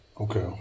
Okay